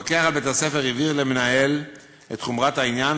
המפקח על בית-הספר הבהיר למנהל את חומרת העניין,